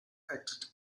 acted